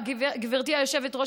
גברתי היושבת-ראש,